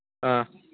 ꯑꯥ